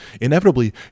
inevitably